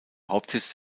hauptsitz